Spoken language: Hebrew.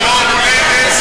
אין עליך.